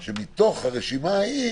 אז אולי שמתוך הרשימה ההיא